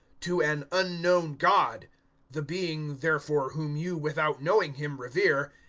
to an unknown god the being, therefore, whom you, without knowing him, revere,